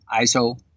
ISO